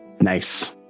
Nice